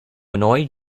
annoy